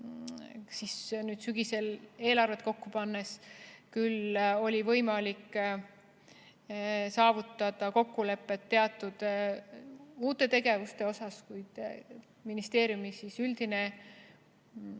siis nüüd sügisel eelarvet kokku pannes küll oli võimalik saavutada kokkuleppeid teatud uute tegevuste kohta, kuid ministeeriumi üldine eelarve